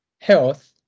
health